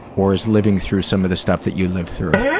or is living through, some of the stuff that you lived through?